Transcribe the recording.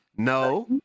No